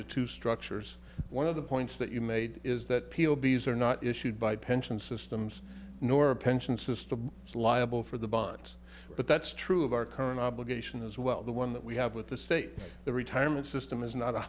the two structures one of the points that you made is that people b s are not issued by pension systems nor a pension system is liable for the bonds but that's true of our current obligation as well the one that we have with the state the retirement system is not a